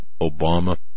Obama